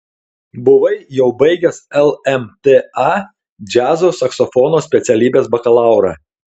buvai jau baigęs lmta džiazo saksofono specialybės bakalaurą